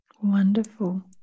Wonderful